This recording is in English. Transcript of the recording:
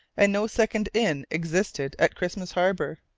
and no second inn existed at christmas harbour.